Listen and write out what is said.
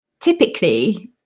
typically